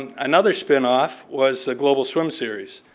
and another spinoff was global swim series.